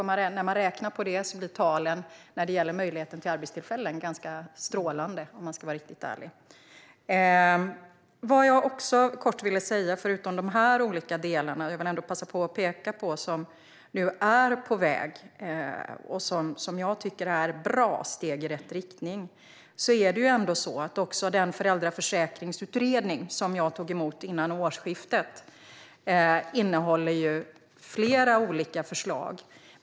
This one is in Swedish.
Om man räknar på det på det sättet blir talen när det gäller möjligheten till arbetstillfällen strålande, om man ska vara riktigt ärlig. Förutom de här olika delarna vill jag passa på att peka på något som är på väg och som jag tycker är bra steg i rätt riktning. Jag tog emot Föräldraförsäkringsutredningens slutbetänkande före årsskiftet. Och den innehåller flera olika förslag.